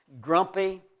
grumpy